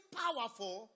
powerful